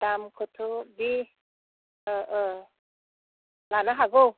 दामखौथ' बि लानो हागौ